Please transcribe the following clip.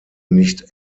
nicht